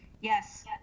Yes